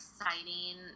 exciting